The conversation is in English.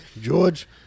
george